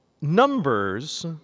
numbers